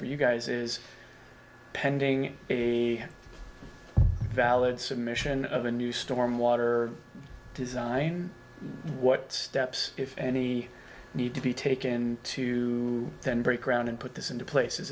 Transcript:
for you guys is pending a valid submission of a new stormwater design what steps if any need to be taken to then break ground and put this into place